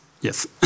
Yes